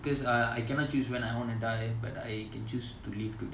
because I I cannot choose when I want to die but I can choose to live today